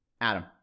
adam